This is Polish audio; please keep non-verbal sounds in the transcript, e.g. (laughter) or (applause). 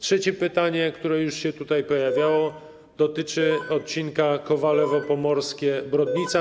Trzecie pytanie, które już się tutaj pojawiało, (noise) dotyczy odcinka Kowalewo Pomorskie - Brodnica.